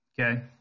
Okay